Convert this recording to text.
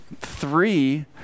three